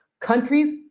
countries